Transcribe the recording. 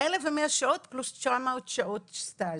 1,100 שעות פלוס 900 שעות סטאז'.